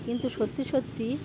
কিন্তু সত্যি সত্যি